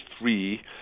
three